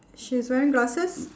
she's wearing glasses